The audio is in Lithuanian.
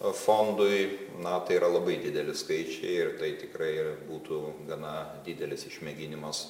fondui na tai yra labai dideli skaičiai ir tai tikrai būtų gana didelis išmėginimas